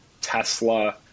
Tesla